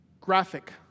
Graphic